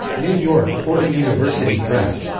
new york fordham university press.